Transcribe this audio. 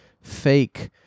fake